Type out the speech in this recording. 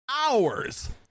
hours